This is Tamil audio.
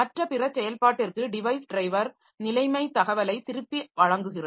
மற்ற பிற செயல்பாட்டிற்கு டிவைஸ் டிரைவர் நிலைமை தகவலை திருப்பி வழங்குகிறது